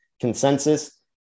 consensus